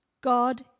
God